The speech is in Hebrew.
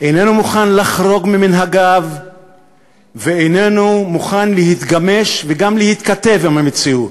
איננו מוכן לחרוג ממנהגיו ואיננו מוכן להתגמש או להתכתב עם המציאות.